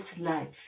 life